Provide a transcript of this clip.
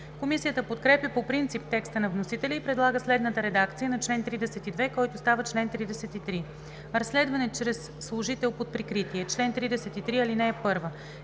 Комисията подкрепя по принцип текста на вносителя и предлага следната редакция на чл. 32, който става чл. 33: „Разследване чрез служител под прикритие Чл. 33. (1) Европейска